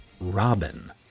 Robin